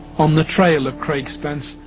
on the trail of craig spence,